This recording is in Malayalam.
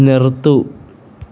നിര്ത്തൂ